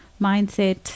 mindset